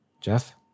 Jeff